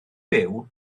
byw